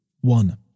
One